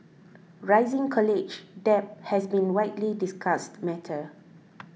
rising college debt has been widely discussed matter